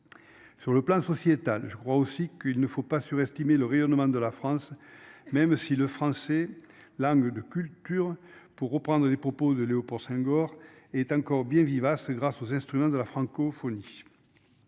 Sur le plan sociétal. Je crois aussi qu'il ne faut pas surestimer le rayonnement de la France. Même si le français langue de culture pour reprendre les propos de Léo pour Senghor est encore bien vivace grâce aux instruments de la francophonie.